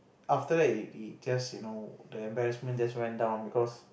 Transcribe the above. after that it it just you know the embarrassment just went down because